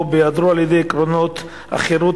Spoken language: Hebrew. ובהיעדרו על-ידי עקרונות החירות,